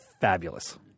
fabulous